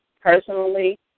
personally